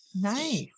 Nice